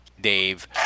Dave